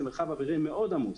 זה מרחב אווירי מאוד עמוס.